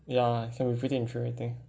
ya can be pretty infuriating